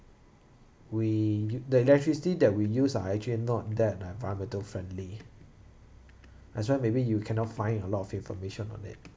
we the electricity that we use are actually not that environmental friendly that's why maybe you cannot find a lot of information on it